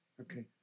okay